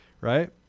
Right